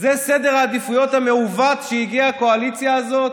זה סדר העדיפויות המעוות שהגיעה אליו הקואליציה הזאת,